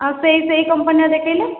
ଆଉ ସେଇ ସେଇ କମ୍ପାନୀର ଦେଖେଇଲେ